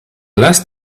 last